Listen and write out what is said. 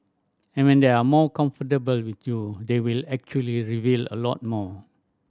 and when they are more comfortable with you they will actually reveal a lot more